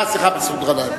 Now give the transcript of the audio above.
מסעוד גנאים,